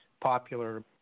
popular